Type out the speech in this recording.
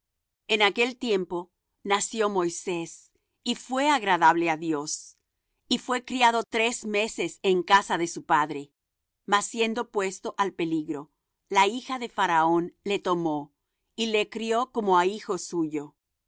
en aquel mismo tiempo nació moisés y fué agradable á dios y fué criado tres meses en casa de su padre mas siendo puesto al peligro la hija de faraón le tomó y le crió como á hijo suyo